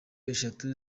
eshatu